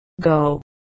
go